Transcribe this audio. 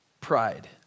pride